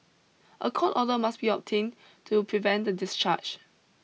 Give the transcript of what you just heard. a court order must be obtained to prevent the discharge